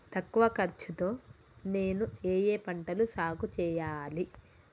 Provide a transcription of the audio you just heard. తక్కువ ఖర్చు తో నేను ఏ ఏ పంటలు సాగుచేయాలి?